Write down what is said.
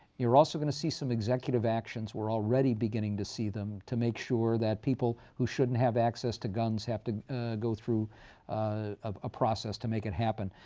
you're also going to see some executive actions, we're already beginning to see them, to make sure that people who shouldn't have access to guns have to go through a process to make it happen.